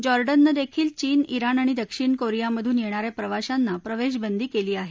जॉर्डननं देखील चीन िंगण आणि दक्षिण कोरियामधून येणा या प्रवाश्यांना प्रवेशबंदी केली आहे